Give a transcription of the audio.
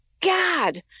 God